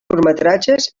curtmetratges